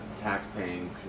tax-paying